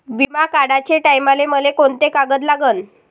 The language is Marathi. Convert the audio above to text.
बिमा काढाचे टायमाले मले कोंते कागद लागन?